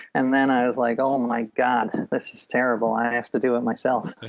and then i was like, oh my god, this is terrible i have to do it myself